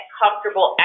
comfortable